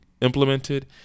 implemented